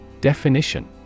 Definition